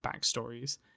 backstories